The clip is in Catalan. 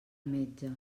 metge